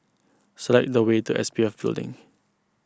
select the way to S P F Building